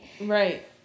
Right